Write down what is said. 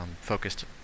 focused